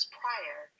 prior